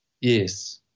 Yes